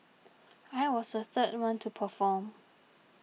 I was the third one to perform